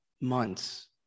months